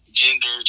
gender